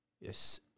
Yes